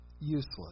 Useless